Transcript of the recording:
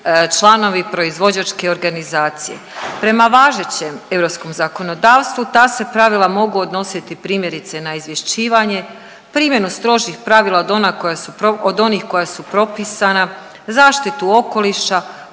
članovi proizvođačke organizacije. Prema važećem europskom zakonodavstvu ta se pravila mogu odnositi primjerice na izvješćivanje, primjenu strožih pravila od ona koja su, od onih koja su propisana, zaštitu okoliša,